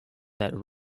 that